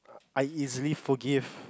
I easily forgive